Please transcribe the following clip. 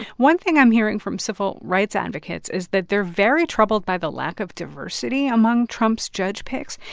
one thing i'm hearing from civil rights advocates is that they're very troubled by the lack of diversity among trump's judge picks.